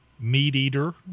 Meat-eater